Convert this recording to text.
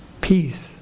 peace